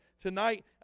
tonight